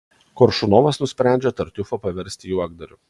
koršunovas nusprendžia tartiufą paversti juokdariu